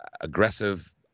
aggressive